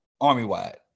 army-wide